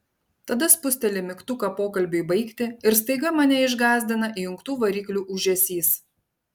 tada spusteli mygtuką pokalbiui baigti ir staiga mane išgąsdina įjungtų variklių ūžesys